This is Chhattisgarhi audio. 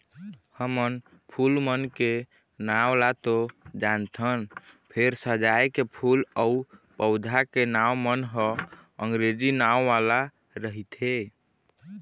हमन फूल मन के नांव ल तो जानथन फेर सजाए के फूल अउ पउधा के नांव मन ह अंगरेजी नांव वाला रहिथे